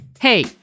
Hey